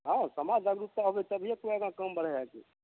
हँ समाज जागरूकता होतै तभिए कोइ आगाँ काम बढ़ै हइ की